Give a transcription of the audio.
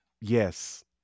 Yes